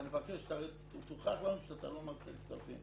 ואני מבקש שתוכיח לנו שאתה לא מסתיר כספים.